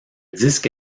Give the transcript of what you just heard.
disque